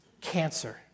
cancer